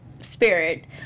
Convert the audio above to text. spirit